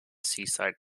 seaside